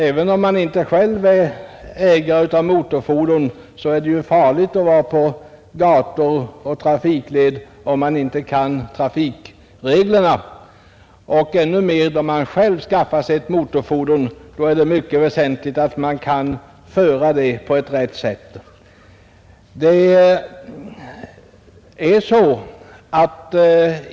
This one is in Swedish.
Även om man inte själv är ägare av motorfordon är det ju farligt att vara på gator och trafikleder, om man inte kan trafikreglerna. Och då man själv skaffar sig ett motorfordon är det ännu mer väsentligt att man kan föra det på ett rätt sätt.